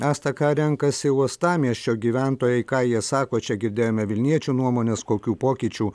asta ką renkasi uostamiesčio gyventojai ką jie sako čia girdėjome vilniečių nuomones kokių pokyčių